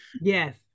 Yes